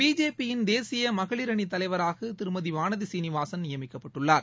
பிஜேபியின் தேசிய மகளிர் அணி தலைவராக திருமதி வானதி சீனிவாசன் நியமிக்கப்பட்டுள்ளார்